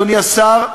אדוני השר,